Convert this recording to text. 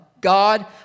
God